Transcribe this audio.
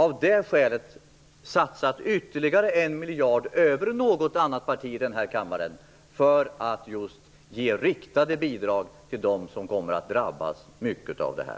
Kristdemokraterna satsat ytterligare en miljard mer än något annat parti i den här kammaren. Det har vi gjort för att ge riktade bidrag till dem som kommer att drabbas hårt av detta.